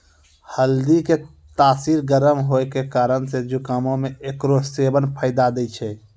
हल्दी के तासीर गरम होय के कारण से जुकामो मे एकरो सेबन फायदा दै छै